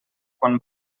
quan